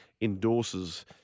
endorses